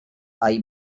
hay